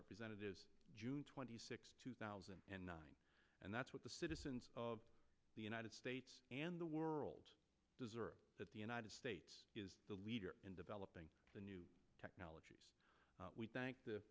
representatives june twenty sixth two thousand and nine and that's what the citizens of the united states and the world deserve that the united states is the leader in developing the new technologies we thank the